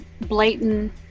blatant